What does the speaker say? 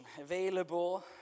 available